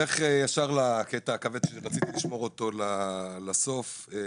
ישר לקטע הכבד שרציתי לשמור אותו לסוף דבריי.